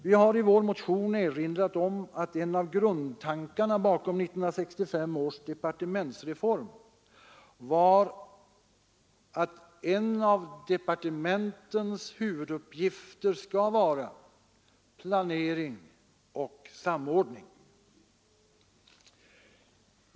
Vi har i en motion erinrat om att en av grundtankarna bakom 1965 års departementsreform var att en av departementens huvuduppgifter skall vara planering och samordning.